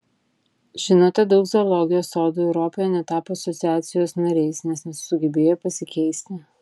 žinote daug zoologijos sodų europoje netapo asociacijos nariais nes nesugebėjo pasikeisti